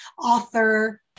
author